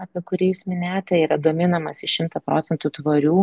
apie kurį jūs minėjote yra gaminamas iš šimto procentų tvarių